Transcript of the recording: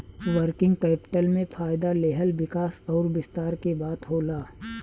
working capital में फ़ायदा लेहल विकास अउर विस्तार के बात होला